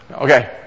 Okay